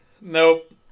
Nope